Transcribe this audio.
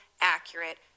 accurate